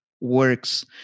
works